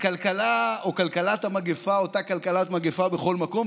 הכלכלה או כלכלת המגפה, אותה כלכלת מגפה בכל מקום.